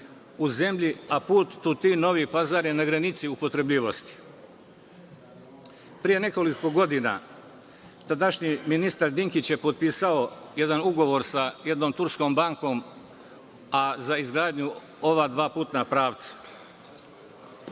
u zemlji, a put Tutin-Novi Pazar je na granici upotrebljivosti. Pre nekoliko godina tadašnji ministar Dinkić je potpisao jedan ugovor sa jednom turskom bankom, a za izgradnju ova dva putna pravca.